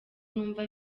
numva